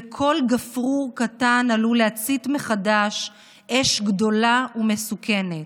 וכל גפרור קטן עלול להצית מחדש אש גדולה ומסוכנת.